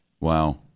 Wow